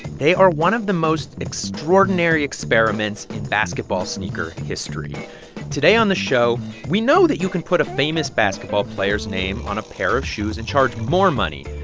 they are one of the most extraordinary experiments in basketball sneaker history today on the show, we know that you can put a famous basketball player's name on a pair of shoes and charge more money.